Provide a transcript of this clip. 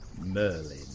Merlin